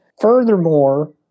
Furthermore